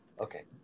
Okay